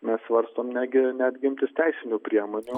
mes svarstome netgi netgi imtis teisinių priemonių